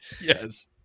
Yes